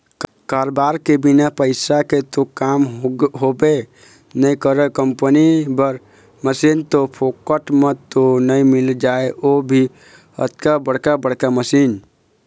काबर के बिना पइसा के तो काम होबे नइ करय कंपनी बर मसीन तो फोकट म तो नइ मिल जाय ओ भी अतका बड़का बड़का मशीन